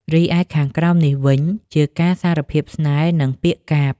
រីឯខាងក្រោមនេះវិញ ជាការសារភាពស្នេហ៍ និង ពាក្យកាព្យ។